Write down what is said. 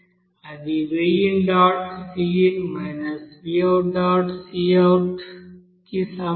అది కి సమానం